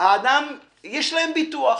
יש להם ביטוח.